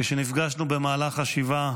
כשנפגשנו במהלך השבעה,